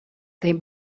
they